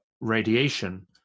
radiation